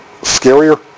scarier